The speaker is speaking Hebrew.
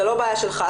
זה לא בעיה שלך,